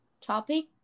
topic